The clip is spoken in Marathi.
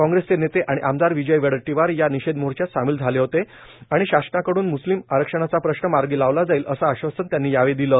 कॉग्रेसचे नेते आणि आमदार विजय वडेट्टीवार या निषेध मोर्च्यात सामील झाले आणि शासनाकड्रन मुस्लिम आरक्षणाचा प्रश्न मार्गी लावला जाईलए असे आश्वासन त्यांनी दिले